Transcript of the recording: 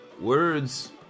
words